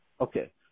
okay